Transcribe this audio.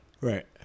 Right